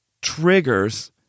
triggers